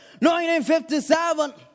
1957